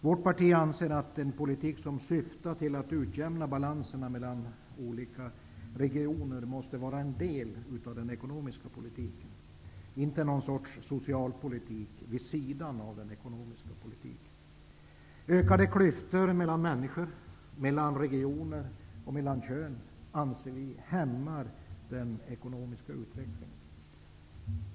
Vårt parti anser att en politik som syftar till att utjämna obalanser mellan olika regioner måste vara en del av den ekonomiska politiken, inte någon sorts socialpolitik vid sidan av den ekonomiska politiken. Vi anser att ökade klyftor mellan människor, mellan regioner och mellan kön hämmar den ekonomiska utvecklingen.